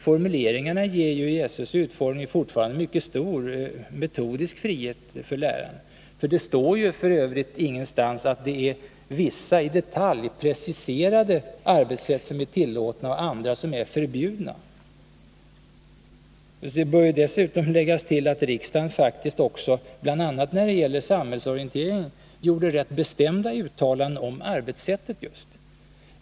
Formuleringarna ger i SÖ:s utformning fortfarande en mycket stor metodisk frihet för läraren. Det står f. ö. ingenstans att det är fråga om vissa i detalj preciserade arbetssätt och andra som är förbjudna. Det bör dessutom läggas till att riksdagen faktiskt också bl.a. när det gäller samhällsorienteringen gjorde rätt bestämda uttalanden om just arbetssättet.